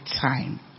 time